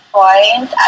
point